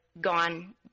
gone